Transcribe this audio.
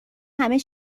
همه